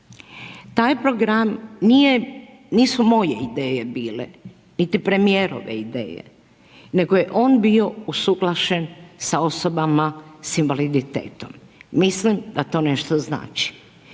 Taj program nisu moje ideje bile, niti premijerove ideje nego je on bio usuglašen sa osobama sa invaliditetom. Mislim da to nešto znači.